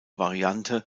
variante